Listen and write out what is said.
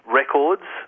records